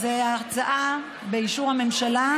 אז ההצעה באישור הממשלה.